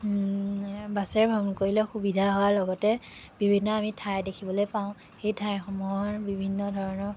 বাছেৰে ভ্ৰমণ কৰিলে সুবিধা হোৱাৰ লগতে বিভিন্ন আমি ঠাই দেখিবলৈ পাওঁ সেই ঠাইসমূহৰ বিভিন্ন ধৰণৰ